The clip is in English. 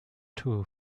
two